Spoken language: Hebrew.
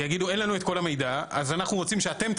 כי יגידו: אין לנו את כל המידע אז אנחנו מגישים